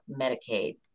Medicaid